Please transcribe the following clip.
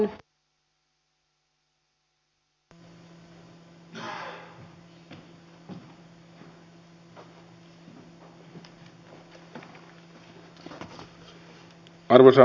arvoisa rouva puhemies